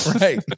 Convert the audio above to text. Right